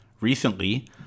Recently